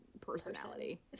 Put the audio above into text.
personality